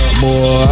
boy